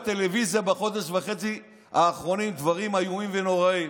בחודש וחצי האחרונים אני רואה בטלוויזיה דברים איומים ונוראים,